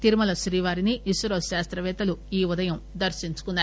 తిరుమల శ్రీవారిని ఇస్రో శాస్తపేత్తలు ఈ ఉదయం దర్సించుకున్నారు